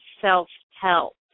self-help